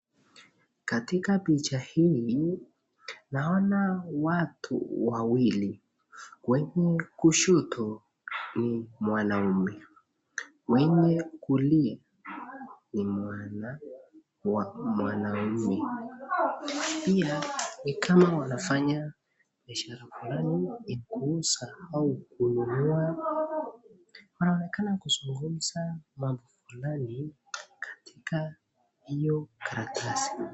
Katika picha hii ninaona watu wawili kwa kushoto ni mwanaume, mwenye kulia ni mwanamke ila ni kama wanafanya biashara fulani ya kuuza au kununua, wanakaa kuzungumza mambo fulani katika hiyo karatasi.